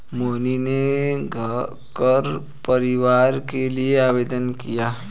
मोहिनी ने कर परिहार के लिए आवेदन किया